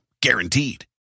Guaranteed